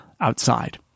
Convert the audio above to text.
outside